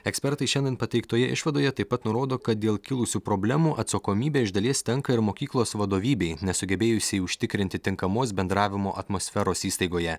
ekspertai šiandien pateiktoje išvadoje taip pat nurodo kad dėl kilusių problemų atsakomybė iš dalies tenka ir mokyklos vadovybei nesugebėjusiai užtikrinti tinkamos bendravimo atmosferos įstaigoje